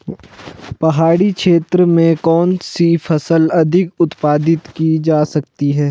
पहाड़ी क्षेत्र में कौन सी फसल अधिक उत्पादित की जा सकती है?